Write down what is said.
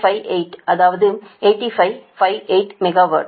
58 அதாவது 8558 மெகாவாட்